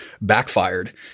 backfired